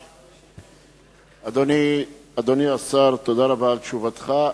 אדוני השר, תודה רבה על תשובתך.